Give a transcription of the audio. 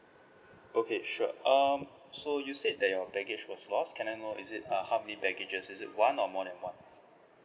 okay sure um so you said that your package was lost can I know is it uh how many packages is it one or more than one